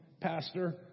pastor